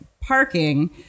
parking